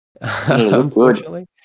Unfortunately